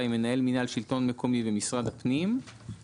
עם מנהל מינהל שלטון מקומי במשרד הפנים,